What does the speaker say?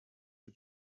her